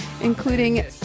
including